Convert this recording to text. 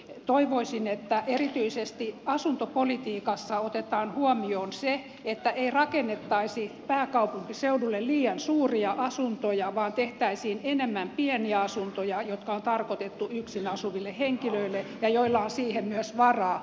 toivoisin että erityisesti asuntopolitiikassa otetaan huomioon se että ei rakennettaisi pääkaupunkiseudulle liian suuria asuntoja vaan tehtäisiin enemmän pieniä asuntoja jotka on tarkoitettu yksin asuville henkilöille joilla on siihen myös varaa